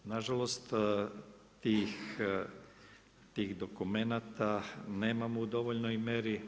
Na žalost tih dokumenata nemamo u dovoljnoj mjeri.